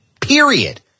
period